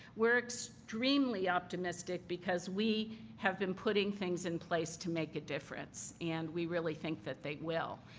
we're extremely optimistic because we have been putting things in place to make a difference and we really think that they will.